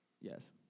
Yes